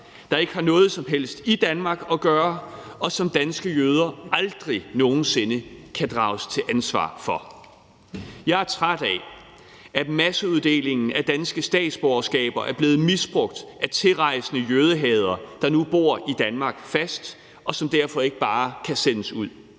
der ikke har noget som helst at gøre i Danmark, og som danske jøder aldrig nogen sinde kan drages til ansvar for. Jeg er træt af, at masseuddelingen af danske statsborgerskaber er blevet misbrugt af tilrejsende jødehadere, der nu bor i Danmark fast, og som derfor ikke bare kan sendes ud.